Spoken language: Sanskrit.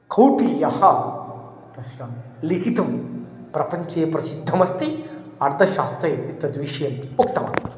कौटिल्यः तस्यां लिखितुं प्रपञ्चे प्रसिद्धमस्ति अर्थशास्त्रे तद्विषयम् उक्तवान्